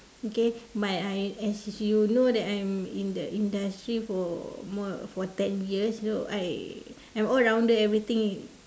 okay but I as you know that I am in the industry for more for ten years so I am all rounder everything